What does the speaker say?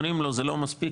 אומרים לו זה לא מספיק,